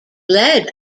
led